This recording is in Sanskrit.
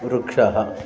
वृक्षः